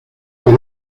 que